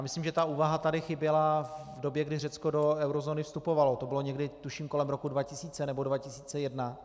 Myslím, že ta úvaha tady chyběla v době, kdy Řecko do eurozóny vstupovalo, to bylo někdy tuším kolem roku 2000 nebo 2001.